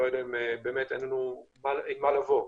אין לנו מה לבוא.